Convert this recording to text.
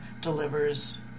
delivers